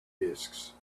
disks